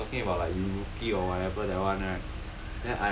like you talking about like rookie or whatever that [one] right